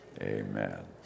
amen